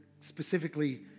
specifically